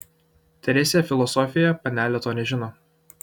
teresėje filosofėje panelė to nežino